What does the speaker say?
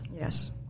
Yes